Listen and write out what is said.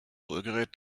rührgerät